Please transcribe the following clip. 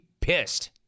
pissed